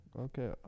Okay